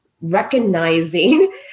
recognizing